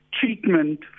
treatment